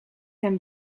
hem